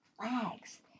flags